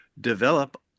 develop